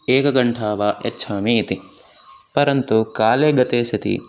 एकघण्टा वा यच्छामि इति परन्तु काले गते सति